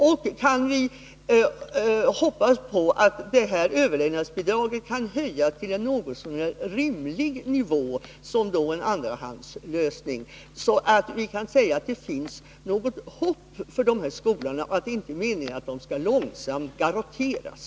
Och kan överlevnadsbidraget, som en andrahandslösning, höjas till en något så när rimlig nivå, så att vi kan säga att det finns hopp för de här skolorna och att det inte är meningen att de långsamt skall garrotteras?